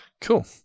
cool